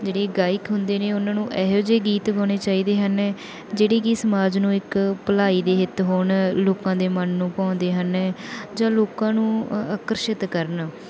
ਜਿਹੜੀ ਗਾਇਕ ਹੁੰਦੇ ਨੇ ਉਹਨਾਂ ਨੂੰ ਇਹੋ ਜਿਹੇ ਗੀਤ ਗਾਉਣੇ ਚਾਹੀਦੇ ਹਨ ਜਿਹੜੀ ਕਿ ਸਮਾਜ ਨੂੰ ਇੱਕ ਭਲਾਈ ਦੇ ਹਿੱਤ ਹੋਣ ਲੋਕਾਂ ਦੇ ਮਨ ਨੂੰ ਭਾਉਂਦੇ ਹਨ ਜਾਂ ਲੋਕਾਂ ਨੂੰ ਆ ਆਕਰਸ਼ਿਤ ਕਰਨ